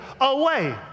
away